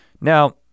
Now